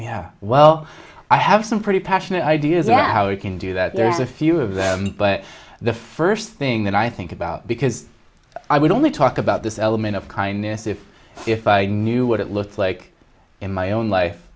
about well i have some pretty passionate ideas on how we can do that there's a few of them but the first thing that i think about because i would only talk about this element of kindness if if i knew what it looked like in my own life